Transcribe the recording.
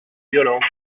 violence